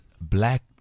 black